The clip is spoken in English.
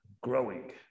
growing